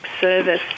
service